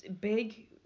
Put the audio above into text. big